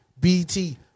BT